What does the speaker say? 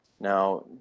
Now